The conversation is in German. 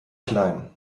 klein